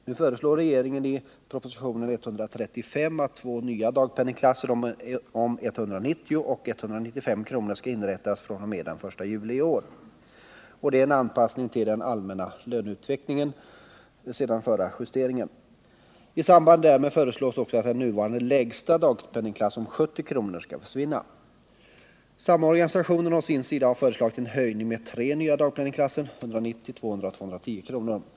Nu föreslår regeringen i propositionen 135 att två nya dagpenningklasser om 190 och 195 kr. skall inrättas redan fr.o.m. den 1 juli i år — en anpassning till den allmänna löneutvecklingen sedan förra justeringen. I samband därmed föreslås också att den nuvarande lägsta dagpenningklassen, 70 kr., skall försvinna. Samorganisationen å sin sida hade föreslagit en höjning med tre nya dagpenningklasser — 190, 200 och 210 kr.